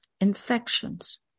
infections